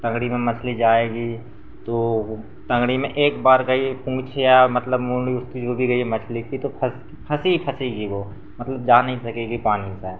टँगड़ी में मछली जाएगी तो टँगड़ी में एक बार गई पूँछ या मतलब मुँडी उसकी जो भी रहेगी मछली की तो फँस फँसी ही फँसेगी वह मतलब जा नहीं सकेगी पानी से